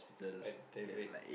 a